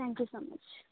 thank you so much